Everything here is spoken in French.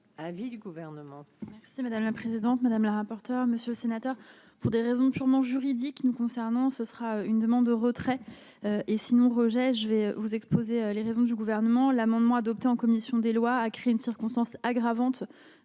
vie du gouvernement. C'est madame la présidente, madame la rapporteure, monsieur le sénateur. Pour des raisons purement juridique nous concernant, ce sera une demande de retrait et sinon rejet, je vais vous exposer les raisons du gouvernement l'amendement adopté en commission des lois à créer une circonstance aggravante